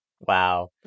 Wow